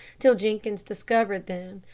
till jenkins discovered them,